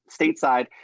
stateside